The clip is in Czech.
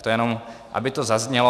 To jenom aby to zaznělo.